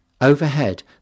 Overhead